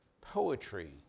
Poetry